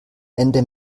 ende